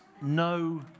no